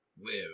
live